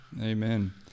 amen